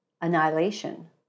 annihilation